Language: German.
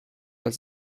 als